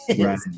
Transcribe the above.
right